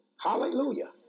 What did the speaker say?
Hallelujah